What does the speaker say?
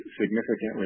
significantly